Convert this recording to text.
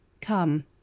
come